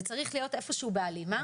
זה צריך להיות איפשהו בהלימה.